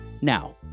Now